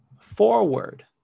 forward